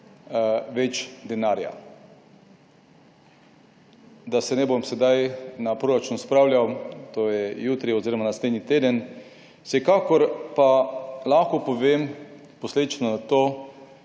več denarja. Da se ne bom sedaj na proračun spravljal, to je jutri oziroma naslednji teden, vsekakor pa lahko povem posledično na to